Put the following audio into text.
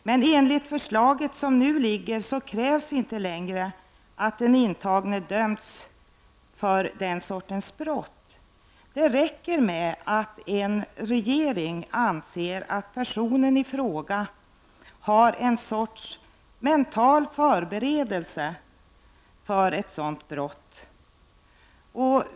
Men enligt det förslag som nu föreligger krävs det inte längre att den intagne dömts för den sortens brott. Det räcker med att en regering anser att personen i fråga har en sorts mental förberedelse för ett sådant brott.